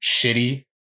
shitty